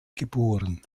geboren